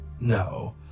No